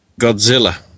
Godzilla